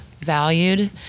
valued